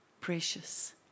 Precious